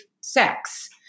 sex